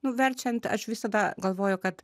nu verčiant aš visada galvoju kad